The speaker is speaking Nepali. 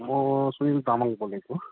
म सुनिल तामाङ बोलेको